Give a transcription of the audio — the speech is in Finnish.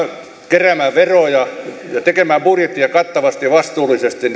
keräämään veroja ja tekemään budjettia kattavasti ja vastuullisesti